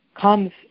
comes